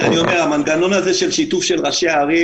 שהן או בסגר שכונתי או בסגר רחובי,